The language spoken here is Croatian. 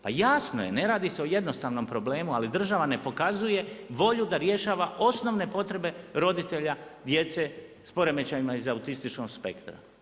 Pa jasno je, ne radi se o jednostavnom problemu ali država ne pokazuje volju da rješava osnovne potrebe roditelja djece s poremećajem iz autističnog spektra.